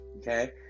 Okay